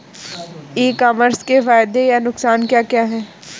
ई commerce के फायदे या नुकसान क्या क्या हैं?